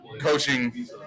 coaching